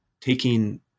taking